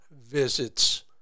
visits